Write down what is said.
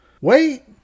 Wait